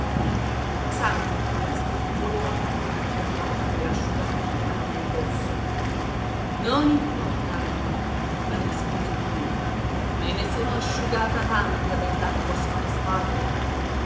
santo piuttosto voleva fare una fiammata per asciugargli i panni addosso non importa rispose lui me ne sono asciugata tanta dell'acqua sulle spalle